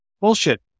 Bullshit